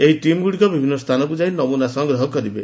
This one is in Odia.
ଏହି ଟିମ ଗୁଡିକୁ ବିଭିନ୍ନ ସ୍ସାନକୁ ଯାଇ ନମୁନା ସଂଗ୍ରହ କରିବେ